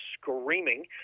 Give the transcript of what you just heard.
screaming